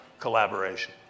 collaboration